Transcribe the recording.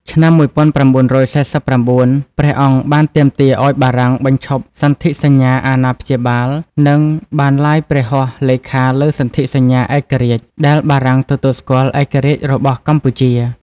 ឆ្នាំ១៩៤៩ ព្រះអង្គបានទាមទារឱ្យបារាំងបញ្ឈប់សន្ធិសញ្ញាអាណាព្យាបាល និងបានឡាយព្រះហស្តលេខាលើសន្ធិសញ្ញាឯករាជ្យដែលបារាំងទទួលស្គាល់ឯករាជ្យរបស់កម្ពុជា។